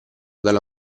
dalla